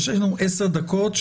יש לנו עשר דקות,